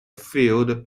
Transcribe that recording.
field